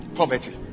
poverty